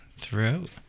throughout